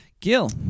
Gil